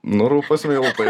nu rūpūs miltai